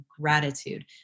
gratitude